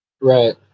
Right